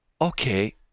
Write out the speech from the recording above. okay